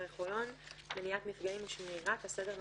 האחרון - מניעת מפגעים לשמירת הסדר והניקיון,